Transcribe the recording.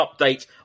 update